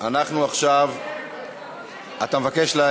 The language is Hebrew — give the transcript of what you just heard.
אנחנו עכשיו, אתה מבקש?